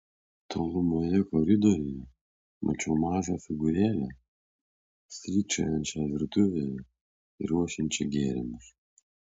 tolumoje koridoriuje mačiau mažą figūrėlę strykčiojančią virtuvėje ir ruošiančią gėrimus